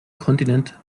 kontinent